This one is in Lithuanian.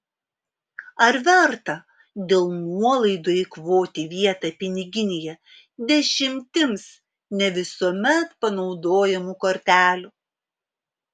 ar verta dėl nuolaidų eikvoti vietą piniginėje dešimtims ne visuomet panaudojamų kortelių